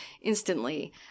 instantly